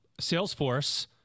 Salesforce